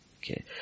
Okay